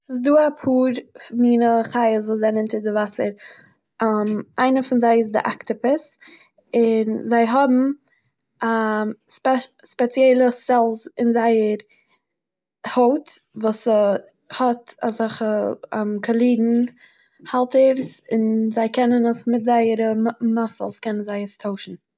ס'איז דא אפאהר מינע חיות וואס זענען אונטער די וואסער איינער פון זיי איז די אקטאפוס און זיי האבן א ספעש.. ספעציעלע סעלס אין זייער הויט וואס ס'האט אזעכע קלאירן האלטערס און זיי קענען עס מיט זייער מאסעלס קענען זיי עס טוישן.